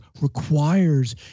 requires